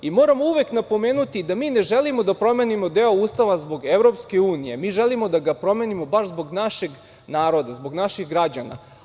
Moramo uvek napomenuti da mi ne želimo da promenimo deo Ustava zbog Evropske unije, mi želimo da ga promenimo baš zbog našeg naroda, zbog naših građana.